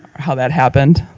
how that happened?